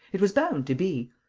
it was bound to be.